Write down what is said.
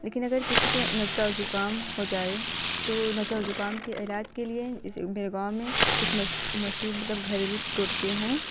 لیکن اگر کسی کو نزلہ اور زکام ہو جائے تو نزلہ اور زکام کے علاج کے لیے اس میرے گاؤں میں کچھ مشہور مطلب گھریلو ٹوٹکے ہیں